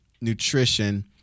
nutrition